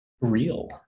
real